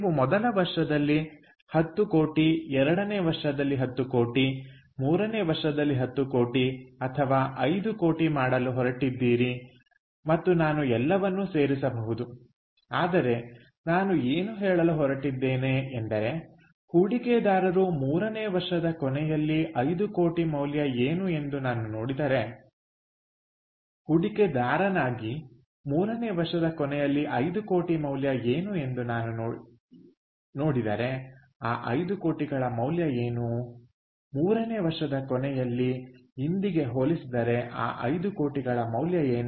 ನೀವು ಮೊದಲ ವರ್ಷದಲ್ಲಿ 10 ಕೋಟಿ ಎರಡನೇ ವರ್ಷದಲ್ಲಿ 10 ಕೋಟಿ ಮೂರನೇ ವರ್ಷದಲ್ಲಿ 10 ಕೋಟಿ ಅಥವಾ 5 ಕೋಟಿ ಮಾಡಲು ಹೊರಟಿದ್ದೀರಿ ಮತ್ತು ನಾನು ಎಲ್ಲವನ್ನೂ ಸೇರಿಸಬಹುದು ಆದರೆ ನಾನು ಏನು ಹೇಳಲು ಹೊರಟಿದ್ದೇನೆ ಎಂದರೆ ಹೂಡಿಕೆದಾರರು ಮೂರನೇ ವರ್ಷದ ಕೊನೆಯಲ್ಲಿ 5 ಕೋಟಿ ಮೌಲ್ಯ ಏನು ಇಂದು ನಾನು ನೋಡಿದರೆ ಆ 5 ಕೋಟಿಗಳ ಮೌಲ್ಯ ಏನು ಮೂರನೇ ವರ್ಷದ ಕೊನೆಯಲ್ಲಿ ಇಂದಿಗೆ ಹೋಲಿಸಿದರೆ ಆ 5 ಕೋಟಿಗಳ ಮೌಲ್ಯ ಏನು